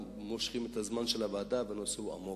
מושכים את הזמן של הוועדה והנושא הוא עמוק.